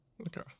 Okay